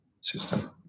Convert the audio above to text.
system